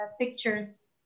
pictures